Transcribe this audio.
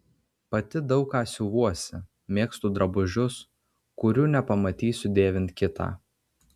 pati daug ką siuvuosi mėgstu drabužius kurių nepamatysiu dėvint kitą